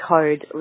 Code